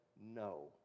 no